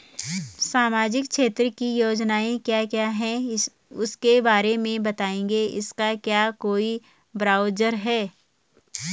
सामाजिक क्षेत्र की योजनाएँ क्या क्या हैं उसके बारे में बताएँगे इसका क्या कोई ब्राउज़र है?